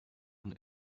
von